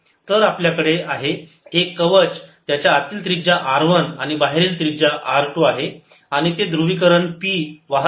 तर आपल्याकडे आहे एक कवच आतील त्रिज्या R 1 आणि बाहेरील त्रिजा R 2 आहे आणि ते ध्रुवीकरण P वाहत आहे